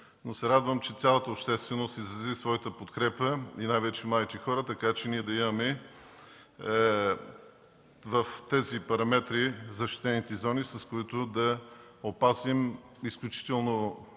Радвам се, че цялата общественост изрази своята подкрепа и най-вече младите хора, така че ние да имаме в тези параметри защитените зони, с които да опазим изключително